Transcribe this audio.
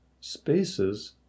spaces